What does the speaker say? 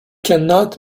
cannot